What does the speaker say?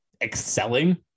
excelling